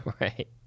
Right